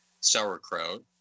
sauerkraut